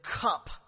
cup